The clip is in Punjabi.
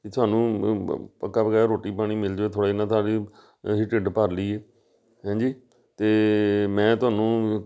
ਜੀ ਤੁਹਾਨੂੰ ਪੱਕਾ ਵਗੈਰਾ ਰੋਟੀ ਪਾਣੀ ਮਿਲ ਜਵੇ ਥੋੜ੍ਹਾ ਜਿਹਾ ਨਾ ਤਾਂ ਕਿ ਅਸੀਂ ਢਿੱਡ ਭਰ ਲਈਏ ਹੈਂਜੀ ਅਤੇ ਮੈਂ ਤੁਹਾਨੂੰ